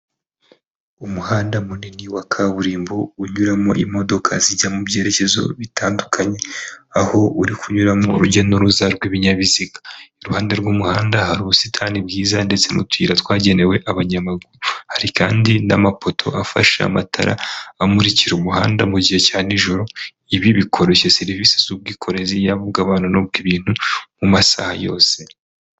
Umuhanda munini wa kaburimbo unyuramo imodoka zijya mu byerekezo bitandukanye, aho uri kunyuramo urujya n'uruza rw'ibinyabiziga, iruhande rw'umuhanda hari ubusitani bwiza ndetse n'utuyira twagenewe abanyamaguru, hari kandi n'amapoto afashe amatara amurikira umuhanda mu gihe cya nijoro, ibi bikoroshya serivisi z'ubwikorezi yaba ubw'abantu n'ubw'ibintu mu masaha yose.